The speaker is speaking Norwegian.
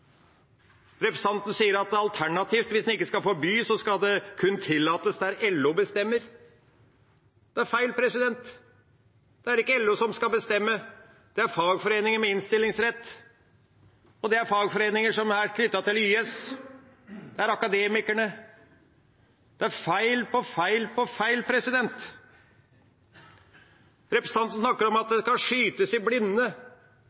Representanten sier at alternativt, hvis en ikke skal forby, så skal det « kun tillates der LO får bestemme». Det er feil. Det er ikke LO som skal bestemme, det er fagforeninger med innstillingsrett. Det er fagforeninger som er knyttet til YS, det er Akademikerne. Det er feil på feil på feil. Representanten snakker om at